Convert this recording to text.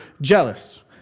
jealous